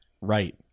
right